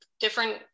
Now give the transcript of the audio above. different